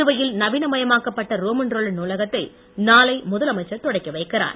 புதுவையில் நவீன மயமாக்கப்பட்ட ரோமன்ரோலண்ட் நூலகத்தை நாளை முதலமைச்சர் தொடக்கிவைக்கிறார்